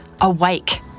Awake